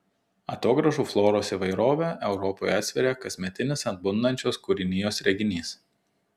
atogrąžų floros įvairovę europoje atsveria kasmetinis atbundančios kūrinijos reginys